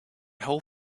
whole